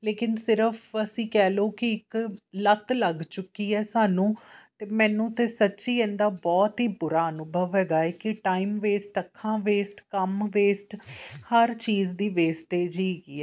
ਲੇਕਿਨ ਸਿਰਫ ਅਸੀਂ ਕਹਿ ਲਓ ਕਿ ਇੱਕ ਲੱਤ ਲੱਗ ਚੁੱਕੀ ਆ ਸਾਨੂੰ ਅਤੇ ਮੈਨੂੰ ਤਾਂ ਸੱਚੀ ਇਹਦਾ ਬਹੁਤ ਹੀ ਬੁਰਾ ਅਨੁਭਵ ਹੈਗਾ ਹੈ ਕਿ ਟਾਈਮ ਵੇਸਟ ਅੱਖਾਂ ਵੇਸਟ ਕੰਮ ਵੇਸਟ ਹਰ ਚੀਜ਼ ਦੀ ਵੇਸਟੇਜ ਹੈਗੀ ਹੈ